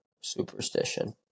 superstition